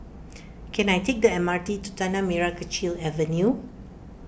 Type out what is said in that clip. can I take the M R T to Tanah Merah Kechil Avenue